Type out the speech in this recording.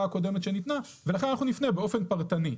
הקודמת שניתנה ולכן אנחנו נפנה באופן פרטני.